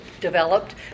developed